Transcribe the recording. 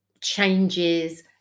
changes